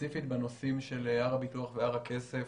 ספציפית בנושאים של הר הביטוח והר הכסף,